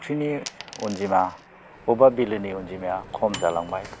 फुख्रिनि अनजिमा अबेबा बिलोनि अनजिमाया खम जालांबाय